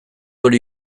hori